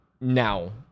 Now